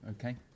Okay